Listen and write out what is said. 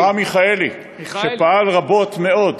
אברהם מיכאלי, שפעל רבות מאוד,